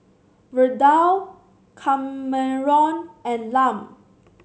Verdell Kameron and Lum